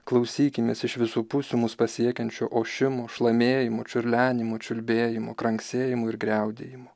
klausykimės iš visų pusių mus pasiekiančio ošimo šlamėjimo čiurlenimo čiulbėjimo kranksėjimo ir griaudėjimo